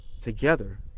together